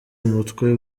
umutwe